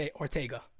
Ortega